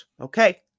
okay